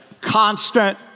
Constant